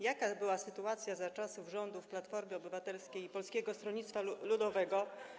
Jaka była sytuacja za czasów rządów Platformy Obywatelskiej i Polskiego Stronnictwa Ludowego.